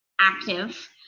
active